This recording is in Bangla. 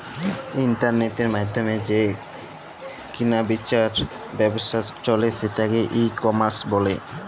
ইলটারলেটের মাইধ্যমে যে কিলা বিচার ব্যাবছা চলে সেটকে ই কমার্স ব্যলে